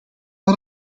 van